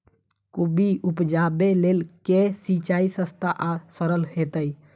कोबी उपजाबे लेल केँ सिंचाई सस्ता आ सरल हेतइ?